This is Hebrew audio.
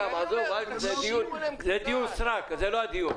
זה דיון סרק, זה לא הדיון עכשיו.